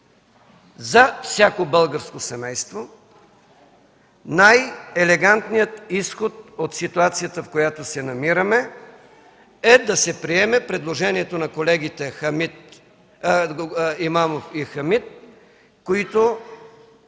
за всяко българско семейство, най-елегантният изход от ситуацията, в която се намираме, е да се приеме предложението на колегите Имамов и Хамид, които